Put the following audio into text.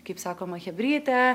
kaip sakoma chebryte